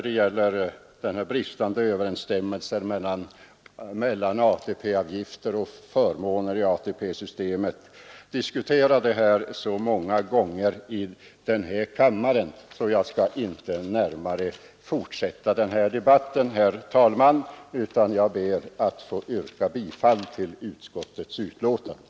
Den bristande överensstämmelsen mellan avgifter och förmåner inom ATP-systemet har vi diskuterat så många gånger, och jag skall inte fortsätta den debatten. Herr talman! Jag ber att få yrka bifall till utskottets hemställan.